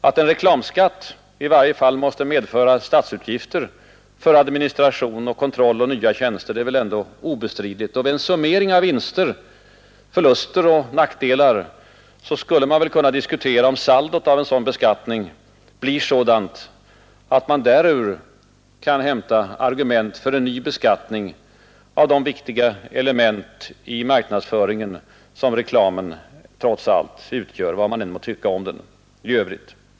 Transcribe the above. Att en reklamskatt i varje fall måste medföra statsutgifter för administration och kontroll och nya tjänster är väl ändå obestridligt, och vid en summering av vinster, förluster och nackdelar skulle man väl kunna diskutera om saldot av en dylik beskattning blir sådant, att man därur kan hämta argument för en ny beskattning av de viktiga element i marknadsföringen som reklamen trots allt utgör, vad man än må tycka om den i övrigt.